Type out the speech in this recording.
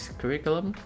curriculum